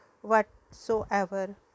whatsoever